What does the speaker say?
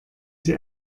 sie